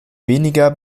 weniger